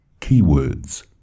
keywords